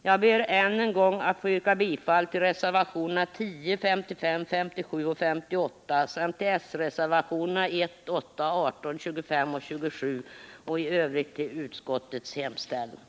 Jag ber än en gång att få yrka bifall till reservationerna 10, 55, 57 och 58 samt till s-reservationerna 1, 8, 18, 25 och 27. I övrigt yrkar jag bifall till utskottets hemställan.